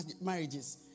marriages